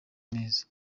neza